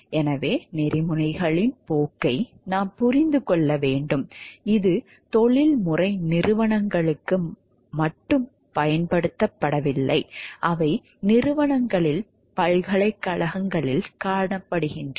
எனவே நெறிமுறைகளின் போக்கை நாம் புரிந்து கொள்ள வேண்டும் இது தொழில்முறை நிறுவனங்களுக்கு மட்டுப்படுத்தப்படவில்லை அவை நிறுவனங்களில் பல்கலைக்கழகங்களில் காணப்படுகின்றன